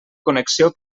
connexió